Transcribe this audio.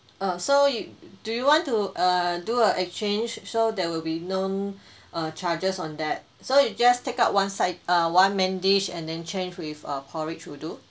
err so you do you want to err do a exchange so there will be known err charges on that so you just take out one side uh one main dish and then change with a porridge will do